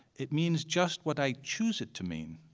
it means just what i choose it to mean,